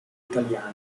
italiano